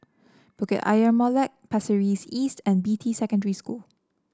Bukit Ayer Molek Pasir Ris East and Beatty Secondary School